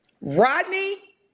Rodney